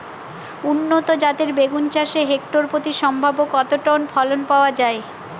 উন্নত জাতের বেগুন চাষে হেক্টর প্রতি সম্ভাব্য কত টন ফলন পাওয়া যায়?